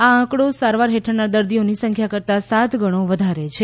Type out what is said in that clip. આ આંકડી સારવાર હેઠળના દર્દીઓની સંખ્યા કરતાં સાત ગણો વધારે છે